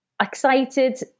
excited